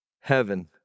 Heaven